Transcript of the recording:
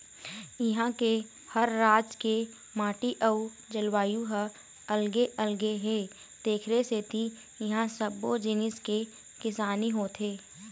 इहां के हर राज के माटी अउ जलवायु ह अलगे अलगे हे तेखरे सेती इहां सब्बो जिनिस के किसानी होथे